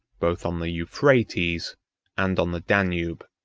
both on the euphrates and on the danube.